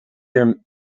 your